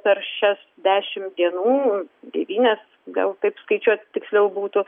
per šias dešim dienų devynias gal taip skaičiuot tiksliau būtų